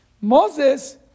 Moses